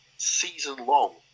season-long